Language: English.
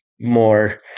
more